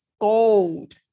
gold